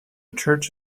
church